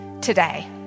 today